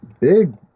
Big